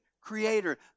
creator